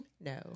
No